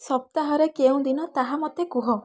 ସପ୍ତାହର କେଉଁ ଦିନ ତାହା ମୋତେ କୁହ